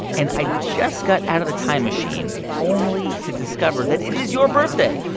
and i just got out of a time machine only to discover that it is your birthday.